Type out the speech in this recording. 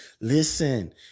listen